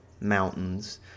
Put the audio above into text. mountains